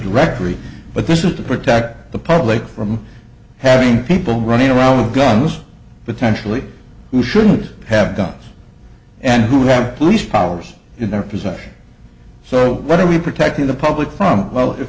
directory but this is to protect the public from having people running around with guns potentially who shouldn't have guns and who have police powers in their possession so what are we protecting the public from well if